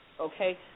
Okay